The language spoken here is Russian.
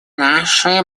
нашей